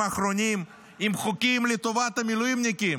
האחרונים עם חוקים לטובת המילואימניקים,